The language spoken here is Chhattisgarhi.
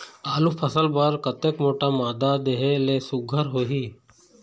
आलू फसल बर कतक मोटा मादा देहे ले सुघ्घर होही?